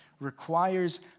requires